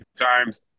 times